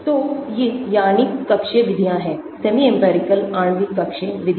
तो ये यानिक कक्षीय विधियाँ हैं सेमी इंपिरिकल आणविक कक्षीय विधियाँ